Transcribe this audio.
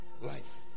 life